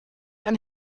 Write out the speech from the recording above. ein